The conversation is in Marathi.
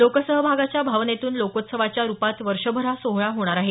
लोकसहभागाच्या भावनेतून लोकोत्सवाच्या रूपात वर्षभर हा सोहळा होणार आहे